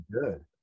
good